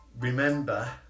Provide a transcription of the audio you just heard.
remember